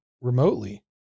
remotely